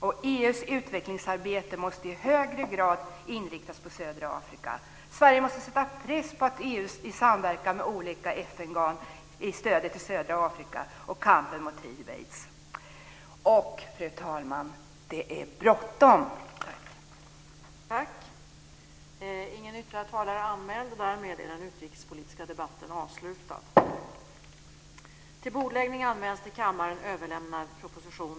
EU:s utvecklingsarbete måste i högre grad inriktas på södra Afrika. Sverige måste sätta press på att EU i samverkan med olika FN-organ stöder södra Afrika och kampen mot hiv/aids. Fru talman! Det är bråttom!